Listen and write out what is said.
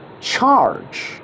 charge